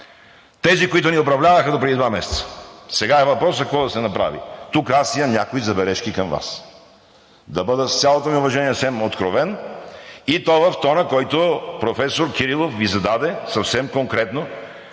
тези, които ни управляваха допреди два месеца! Сега въпросът е: какво да се направи? Тук аз имам някои забележки към Вас, да бъда, с цялото ми уважение, съвсем откровен, и то в тона, който професор Кирилов Ви зададе съвсем конкретно: